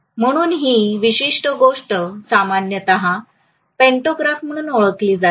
म्हणून ही विशिष्ट गोष्ट सामान्यत पॅन्टोग्राफ म्हणून ओळखली जाते